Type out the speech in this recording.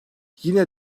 yine